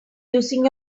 using